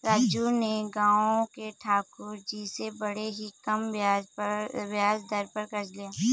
राजू ने गांव के ठाकुर जी से बड़े ही कम ब्याज दर पर कर्ज लिया